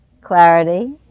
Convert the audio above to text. clarity